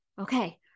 okay